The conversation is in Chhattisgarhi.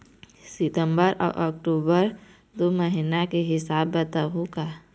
सितंबर अऊ अक्टूबर दू महीना के हिसाब बताहुं का?